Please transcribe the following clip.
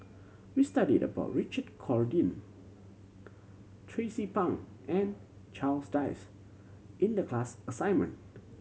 we studied about Richard Corridon Tracie Pang and Charles Dyce in the class assignment